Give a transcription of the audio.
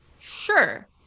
sure